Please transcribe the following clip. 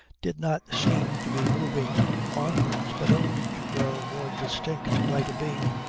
did not seem to be moving onwards but only to grow more distinct right abeam,